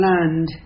land